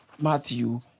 Matthew